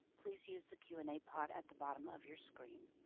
please use the q and a pod at the bottom of your screen.